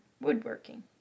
woodworking